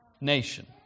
nation